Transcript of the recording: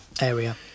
area